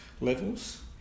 levels